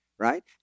Right